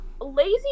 lazy